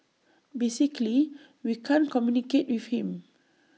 basically we can't communicate with him